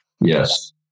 Yes